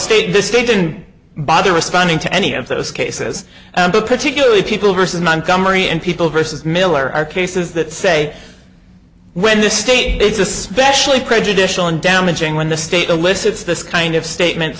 state the state didn't bother responding to any of those cases particularly people versus montgomery and people versus miller are cases that say when the state is especially prejudicial and damaging when the state alyssa's this kind of statement